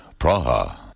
Praha